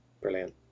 brilliant